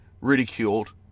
ridiculed